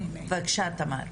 בבקשה.